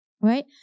Right